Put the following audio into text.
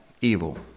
evil